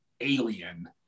Alien